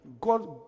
God